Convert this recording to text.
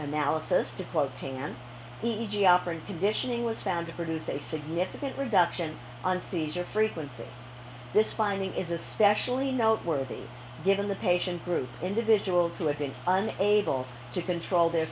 analysis to quoting an e k g operant conditioning was found to produce a significant reduction on seizure frequency this finding is especially noteworthy given the patient group individuals who have been an able to control their